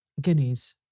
Guineas